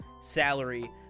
salary